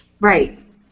right